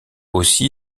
aussi